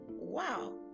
wow